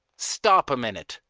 stop a minute,